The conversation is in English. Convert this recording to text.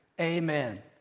Amen